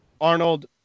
Arnold